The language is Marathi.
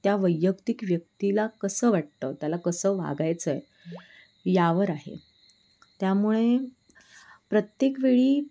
त्या वैयक्तिक व्यक्तीला कसं वाटतं त्याला कसं वागायचं आहे यावर आहे त्यामुळे प्रत्येक वेळी